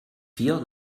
vier